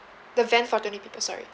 the van for twenty people sorry